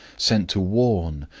sent to warn,